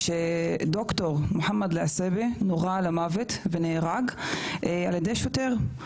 שד"ר מוחמד אלעסיבי נורה למוות ונהרג על ידי שוטר.